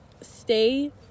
stay